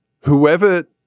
whoever